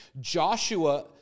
Joshua